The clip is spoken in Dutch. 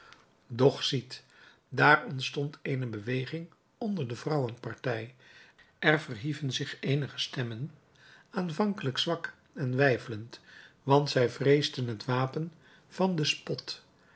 doch ziet daar ontstond eene beweging onder de vrouwenpartij er verhieven zich eenige stemmen aanvankelijk zwak en weifelend want zij vreesden het wapen van den spot